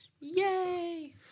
Yay